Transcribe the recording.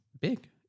big